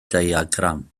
diagram